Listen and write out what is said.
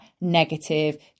negative